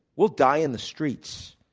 we'll die in the streets,